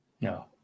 No